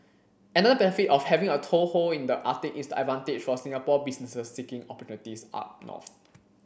another benefit of having a toehold in the Arctic is the advantage for Singapore businesses seeking opportunities up north